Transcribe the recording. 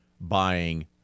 buying